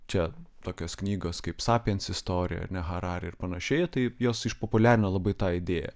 čia tokios knygos kaip sapiens istorija ar ne harari ir panašiai tai jos išpopuliarino labai tą idėją